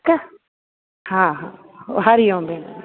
ठीकु आहे हा हा हरिओम भेण